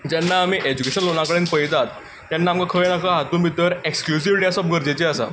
जेन्ना आमी एज्युकेशन लोना कडेन पळयतात तेन्ना आमकां खंय ना खंय हातूंत भितर एक्स्क्लुझिविटी आसप गरजेची आसता